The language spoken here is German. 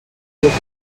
seiten